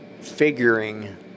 figuring